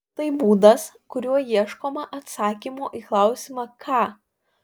tai būdas kuriuo ieškoma atsakymo į klausimą ką